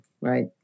Right